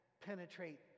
penetrate